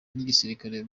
n’igisirikare